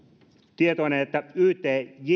tietoinen että ytj